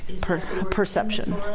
perception